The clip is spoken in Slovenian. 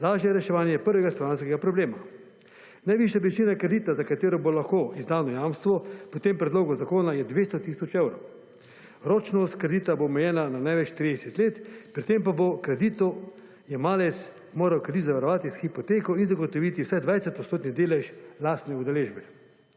lažje reševanje prvega stanovanjskega problema. Najvišja višina kredita, za katero bo lahko izdano jamstvo, po tem Predlogu zakona je 200 tisoč evrov. Ročnost kredita bo omejena na največ 30 let, pri tem pa bo kreditojemalec moral kredit zavarovati s hipoteko in zagotoviti vsaj 20 % delež lastne udeležbe.